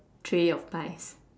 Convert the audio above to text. tray of pies